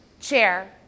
chair